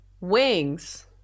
Wings